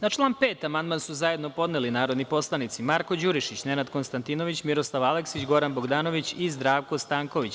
Na član 5. amandman su zajedno podneli narodni poslanici Marko Đurišić, Nenad Konstantinović, Miroslav Aleksić, Goran Bogdanović i Zdravko Stanković.